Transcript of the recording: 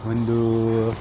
ಒಂದು